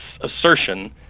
assertion